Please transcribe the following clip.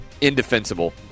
indefensible